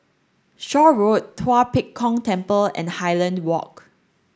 Shaw Road Tua Pek Kong Temple and Highland Walk